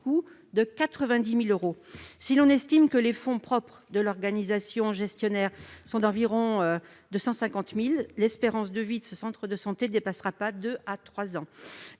de 90 000 euros. Si l'on estime que les fonds propres de l'organisation gestionnaire sont de 150 000 euros environ, l'espérance de vie de ce centre de santé ne dépassera pas deux à trois ans.